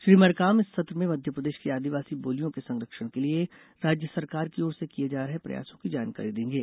श्री मरकाम इस सत्र में मध्यप्रदेश की आदिवासी बोलियों के संरक्षण के लिये राज्य सरकार की ओर से किये जा रहे प्रयासों की जानकारी देंगे